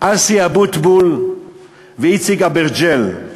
אסי אבוטבול ואיציק אברג'יל,